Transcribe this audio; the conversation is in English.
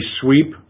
sweep